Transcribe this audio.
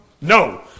No